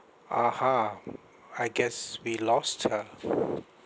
(uh huh) I guess we lost her